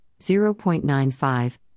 0.95